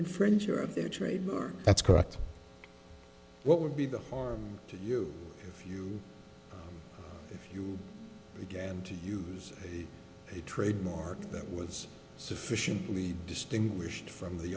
infringer of their trademark that's correct what would be the harm to you if you you began to use a trademark that was sufficiently distinguished from the